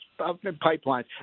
pipelines